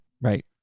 Right